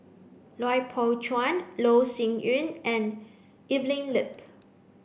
Lui Pao Chuen Loh Sin Yun and Evelyn Lip